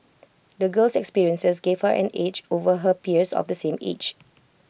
the girl's experiences gave her an edge over her peers of the same age